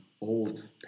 old